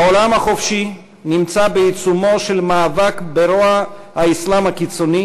העולם החופשי נמצא בעיצומו של מאבק ברוע האסלאם הקיצוני